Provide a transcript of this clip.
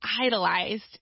idolized